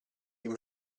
ihm